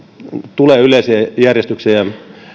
tulee yleisen järjestyksen ja